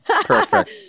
Perfect